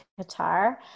Qatar